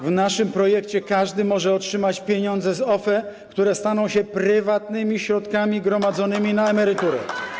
W naszym projekcie każdy może otrzymać pieniądze z OFE, które staną się prywatnymi środkami gromadzonymi na emeryturę.